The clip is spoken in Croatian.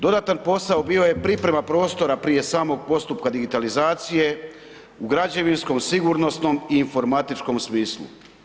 Dodatan posao bio je priprema prostora prije samog postupka digitalizacije u građevinskom, sigurnosnom i informatičkom smislu.